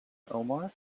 omar